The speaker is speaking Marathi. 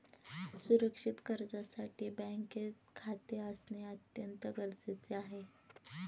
सुरक्षित कर्जासाठी बँकेत खाते असणे अत्यंत गरजेचे आहे